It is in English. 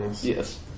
Yes